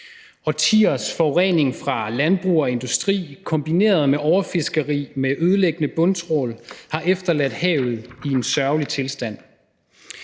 Årtiers forurening fra landbrug og industri kombineret med overfiskeri med ødelæggende bundtrawl har efterladt havet i en sørgelig tilstand.